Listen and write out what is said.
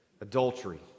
adultery